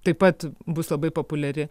taip pat bus labai populiari